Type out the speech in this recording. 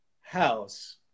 house